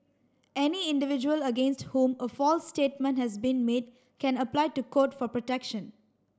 any individual against whom a false statement has been made can apply to Court for protection